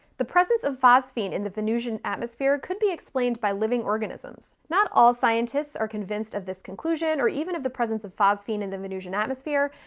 the presence of phosphine in the venusian atmosphere could be explained by living organisms. not all scientists are convinced of this conclusion or even of the presence of phosphine in the venusian atmosphere,